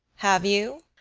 have you?